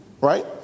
right